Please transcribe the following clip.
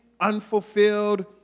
unfulfilled